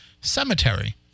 cemetery